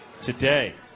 today